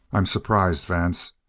i'm surprised, vance.